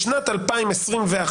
בשנת 2021,